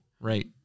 right